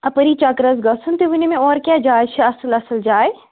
اَپٲری چَکرَس گَژھُن تُہۍ ؤنِو مےٚ اورٕ کیٛاہ جاے چھِ اَصٕل اَصٕل جاے